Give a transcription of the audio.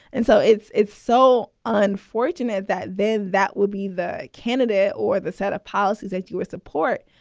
and so it's it's so unfortunate that there that would be the candidate or the set of policies that you support.